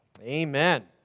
Amen